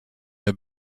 have